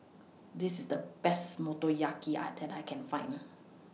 This IS The Best Motoyaki I that I Can Find